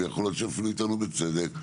ויכול להיות שאפילו יטענו בצדק,